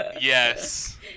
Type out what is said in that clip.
yes